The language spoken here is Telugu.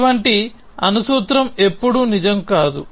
అటువంటి అణు సూత్రం ఎప్పుడూ నిజం కాదు